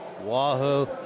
wahoo